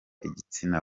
igitsina